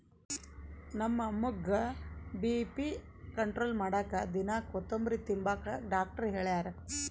ನಮ್ಮ ಅಮ್ಮುಗ್ಗ BP control ಮಾಡಾಕ ದಿನಾ ಕೋತುಂಬ್ರೆ ತಿಂಬಾಕ ಡಾಕ್ಟರ್ ಹೆಳ್ಯಾರ